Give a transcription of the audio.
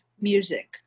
music